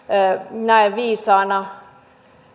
näe viisaana